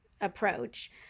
approach